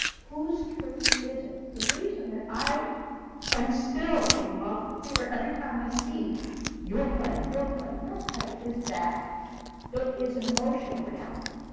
whose truth is it? the reason that i am and still in love with theatre, every time i see your play, your play, your play, is that it is an emotional reality.